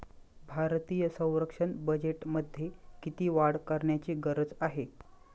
भारतीय संरक्षण बजेटमध्ये किती वाढ करण्याची गरज आहे?